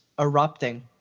erupting